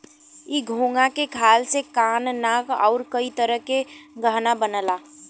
इ घोंघा के खाल से कान नाक आउर कई तरह के गहना बनला